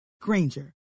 Granger